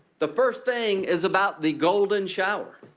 the first thing is about the golden shower.